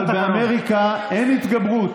אבל באמריקה אין התגברות.